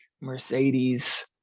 Mercedes